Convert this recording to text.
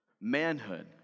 manhood